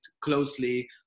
closely